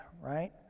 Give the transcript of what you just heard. right